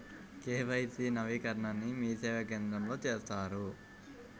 KYC నవీకరణని మీసేవా కేంద్రం లో చేస్తారా?